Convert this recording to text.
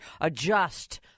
adjust